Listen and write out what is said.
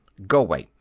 go way!